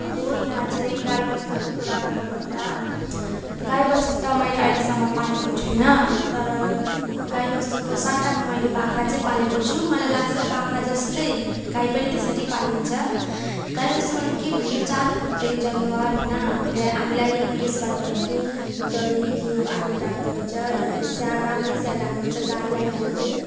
अब यहाँ चाहिँ गाई बस्तुको कुरा गर्नु पर्दा गाई बस्तु त मैले अहिलेसम्म पालेको छुइनँ तर गाई बस्तुको सट्टामा मैले बाख्रा चाहिण पालेको छु मलाई लाग्छ बाख्रा जस्तै गाई पनि त्यसरी पालिन्छ गाई बस्तुबारेमा के भन्नु यो चारखुट्टे जनावर होइन हामीलाई हामीलाई यो यसबाट दुध दही घिउ आदि प्राप्त हुन्छ हामीले स्याहार राम्ररी स्याहारेर राख्नु पर्छ गाईलाई हामीले